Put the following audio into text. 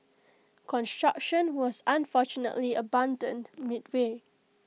construction was unfortunately abandoned midway